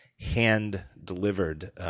hand-delivered